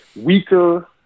weaker